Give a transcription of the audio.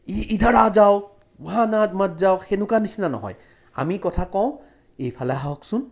ইধৰ আ জাও ৱাহা মত যাও সেনেকুৱা নিচিনা নহয় আমি কথা কওঁ এইফালে আহকচোন